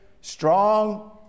strong